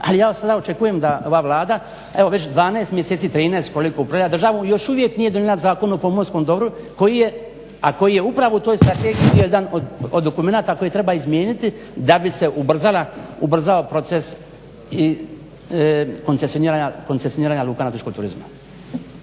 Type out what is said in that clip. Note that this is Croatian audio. ali ja sada očekujem da ova Vlada evo 12 mjeseci, 13, koliko upravlja državom, još uvijek nije donijela Zakon o pomorskom dobru, a koji je upravo u toj strategiji bio jedan od dokumenata koje treba izmijeniti da bi se ubrzao proces koncesioniranja luka nautičkog turizma.